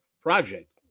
project